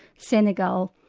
senegal,